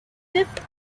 fifth